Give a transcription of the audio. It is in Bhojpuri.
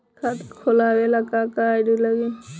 खाता खोलाबे ला का का आइडी लागी?